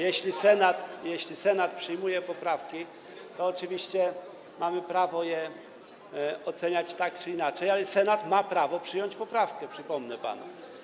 Jeśli Senat przyjmuje poprawki, to oczywiście mamy prawo je oceniać tak czy inaczej, ale Senat ma prawo przyjąć poprawkę, przypomnę panu.